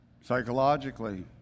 psychologically